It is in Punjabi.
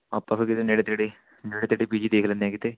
ਆਪਾਂ ਫਿਰ ਕਿਤੇ ਨੇੜੇ ਤੇੜੇ ਨੇੜੇ ਤੇੜੇ ਪੀਜੀ ਦੇਖ ਲੈਂਦੇ ਆ ਕਿਤੇ